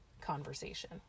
conversation